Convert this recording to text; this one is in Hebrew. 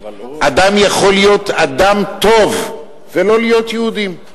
אדם יכול להיות אדם טוב ולא להיות יהודי,